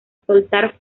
soltar